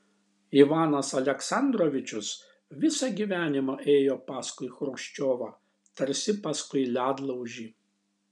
ivanas aleksandrovičius visą gyvenimą ėjo paskui chruščiovą tarsi paskui ledlaužį